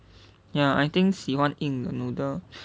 ya I think 喜欢硬的:xi huan yingng de noodle